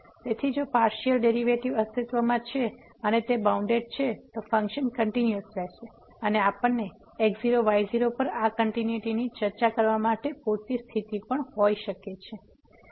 તેથી જો partial derivative અસ્તિત્વમાં છે અને તે બાઉન્ડેડ છે તો ફંક્શન કંટીન્યુઅસ રહેશે અને આપણને x0y0 પર આ કંટીન્યુટીની ચર્ચા કરવા માટે પૂરતી સ્થિતિ પણ હોઈ શકે છે